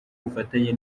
ubufatanye